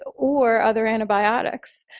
or other antibiotics?